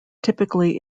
typically